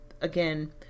again